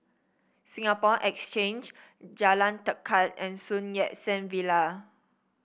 Singapore Exchange Jalan Tekad and Sun Yat Sen Villa